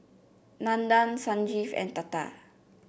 Nandan Sanjeev and Tata